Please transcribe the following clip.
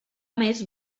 més